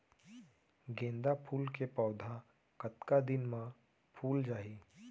गेंदा फूल के पौधा कतका दिन मा फुल जाही?